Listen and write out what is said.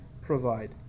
provide